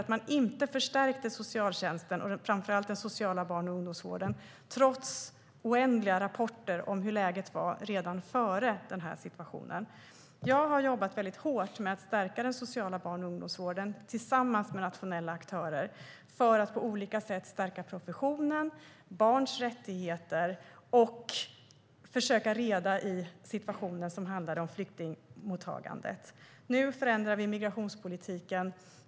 Man förstärkte nämligen inte socialtjänsten, och framför allt inte den sociala barn och ungdomsvården, trots oändliga rapporter om hur läget var redan före den här situationen. Jag har jobbat väldigt hårt med att stärka den sociala barn och ungdomsvården, tillsammans med nationella aktörer, för att på olika sätt stärka professionen och barns rättigheter samt försöka reda i situationen som handlar om flyktingmottagandet. Nu förändrar vi migrationspolitiken.